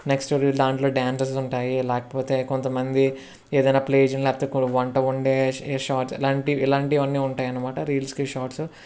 next దాంట్లో dancers ఉంటాయి లేకపోతే కొంతమంది ఏదైనా ప్లేస్ని లేకపోతే కొన్ని వంట వండే షార్ట్స్ ఇలాంటి ఇలాంటివి అన్నీ ఉంటాయి అనమాట రీల్స్కి షార్ట్స్